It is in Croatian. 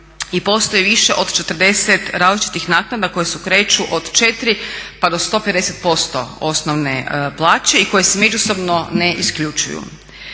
i postoji više od 40 različitih naknada koje se kreću od 4 pa do 150% osnovne plaće i koje se međusobno ne isključuju.